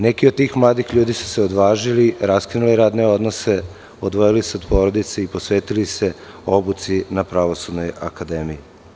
Neki od tih mladih ljudi su se odvažili, raskinuli radne odnose, odvojili se od porodice i posvetili se obuci na Pravosudnoj akademiji.